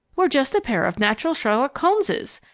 we're just a pair of natural sherlock holmeses!